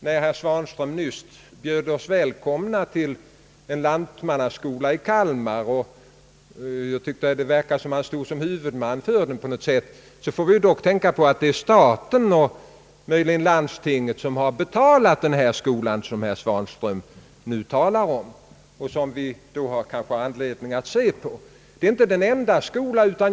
Herr Svanström bjöd oss nyss välkomna till en lantmannaskola i Kalmar — jag tyckte det verkade som om han stod som huvudman för den på något sätt. Vi får då tänka på att det är staten, och möjligen landstinget, som har betalat skolan som vi kanske har anledning att besöka.